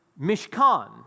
mishkan